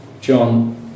John